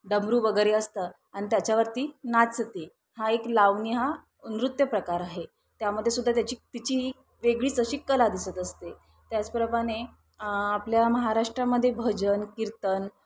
डमरू वगैरे असतं आणि त्याच्यावरती नाचते हा एक लावणी हा नृत्य प्रकार आहे त्यामध्ये सुद्धा त्याची तिची वेगळीच अशी कला दिसत असते त्याचप्रमाणे आपल्या महाराष्ट्रामध्ये भजन कीर्तन